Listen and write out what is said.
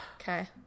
Okay